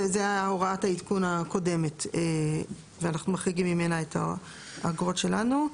זו הוראת העדכון הקודמת ואנחנו מחריגים ממנה את האגרות שלנו.